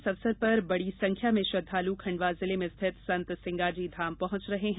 इस अवसर पर बड़ी संख्या में श्रद्वालु खंडवा जिले में स्थित संत सिंगाजी धाम पहुंच रहे हैं